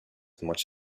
much